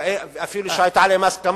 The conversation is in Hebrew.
ואפילו שהיתה עליהם הסכמה,